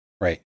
Right